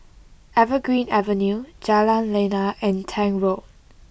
Evergreen Avenue Jalan Lana and Tank Road